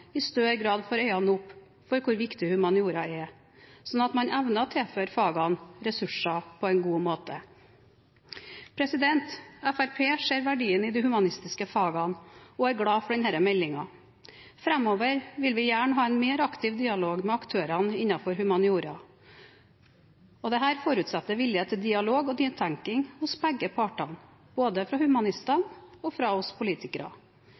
i større grad får øynene opp for hvor viktig humaniora er, slik at man evner å tilføre fagene ressurser på en god måte. Fremskrittspartiet ser verdien i de humanistiske fagene og er glad for denne meldingen. Framover vil vi gjerne ha en mer aktiv dialog med aktørene innen humaniora. Dette forutsetter vilje til dialog og nytenkning hos begge partene – både fra humanistene og fra oss politikere.